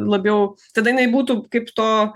labiau tada jinai būtų kaip to